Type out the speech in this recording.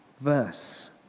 verse